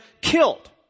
killed